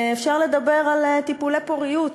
אפשר לדבר על טיפולי פוריות,